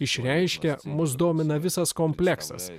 išreiškia mus domina visas kompleksas